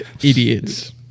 Idiots